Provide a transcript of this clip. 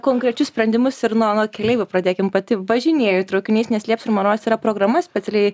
konkrečius sprendimus ir nuo nuo keleivių pradėkim pati važinėju traukiniais neslėpsiu ir man rodos yra programa specialiai